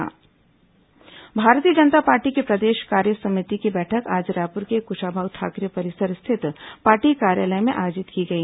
भाजपा बैठक भारतीय जनता पार्टी की प्रदेश कार्यसमिति की बैठक आज रायपुर के कृशाभाऊ ठाकरे परिसर स्थित पार्टी कार्यालय में आयोजित की गई